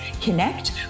connect